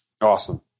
Awesome